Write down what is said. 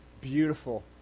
beautiful